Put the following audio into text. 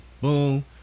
boom